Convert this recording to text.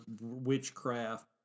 witchcraft